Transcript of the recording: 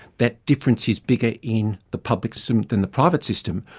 that difference is bigger in the public system than the private system,